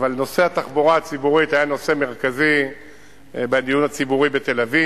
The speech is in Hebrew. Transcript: אבל נושא התחבורה המרכזית היה נושא מרכזי בדיון הציבורי בתל-אביב.